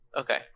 Okay